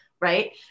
right